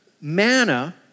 manna